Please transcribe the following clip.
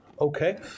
Okay